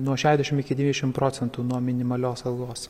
nuo šedešim iki devyndešim procentų nuo minimalios algos